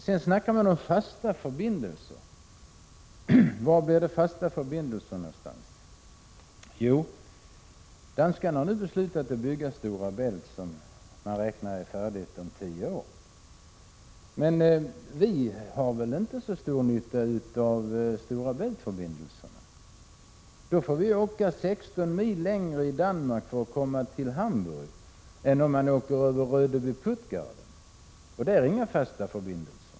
Det pratas om fasta förbindelser. Var blir det fasta förbindelser? Jo, danskarna har nu beslutat att bygga en bro över Stora Bält, som man räknar med skall vara färdig om 10 år. Men vi har väl inte så stor nytta av Stora Bält-förbindelsen? Då får vi åka 16 mil längre i Danmark för att komma till Hamburg än om man åker över Rodby-Puttgarden, där det inte finns några fasta förbindelser.